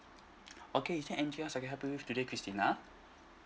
okay is there anything else I can help you with today christina